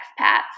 expats